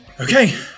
Okay